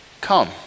Come